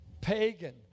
Pagan